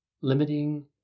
limiting